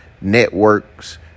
networks